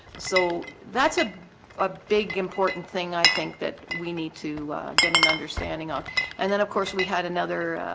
so that's a ah big important thing i think that we need to get an understanding on and then of course we had another